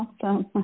awesome